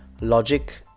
logic